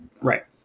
Right